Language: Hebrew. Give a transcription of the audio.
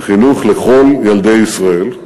חינוך לכל ילדי ישראל.